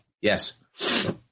yes